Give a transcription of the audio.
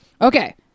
Okay